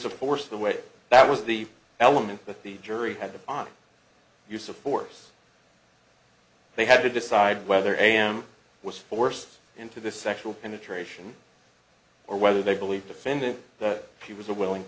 of force the way that was the element that the jury had on use of force they had to decide whether am was forced into this sexual penetration or whether they believe defendant that he was a willing